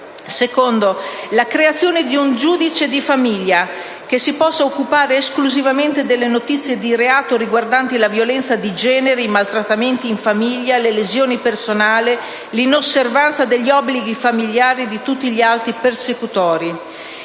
la creazione di un giudice di famiglia che si possa occupare esclusivamente delle notizie di reato riguardanti la violenza di genere, i maltrattamenti in famiglia, le lesioni personali, l'inosservanza degli obblighi famigliari e di tutti gli atti persecutori.